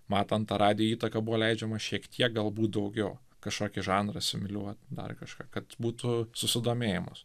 matant tą radijo įtaką buvo leidžiama šiek tiek galbūt daugiau kažkokį žanrą asimiliuoti dar kažką kad būtų susidomėjimas